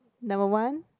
number one